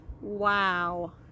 wow